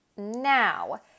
Now